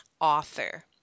author